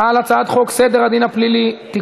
חברת הכנסת קסניה סבטלובה,